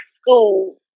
school